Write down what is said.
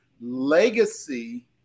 Legacy